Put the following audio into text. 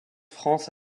france